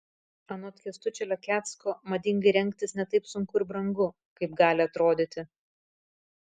anot kęstučio lekecko madingai rengtis ne taip sunku ir brangu kaip gali atrodyti